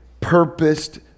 purposed